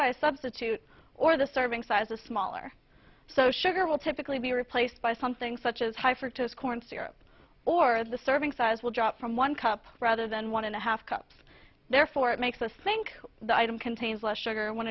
by a substitute or the serving size a small or so sugar will typically be replaced by something such as high fructose corn syrup or the serving size will drop from one cup rather than one and a half cups therefore it makes us think the item contains less sugar when